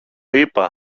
είπα